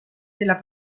della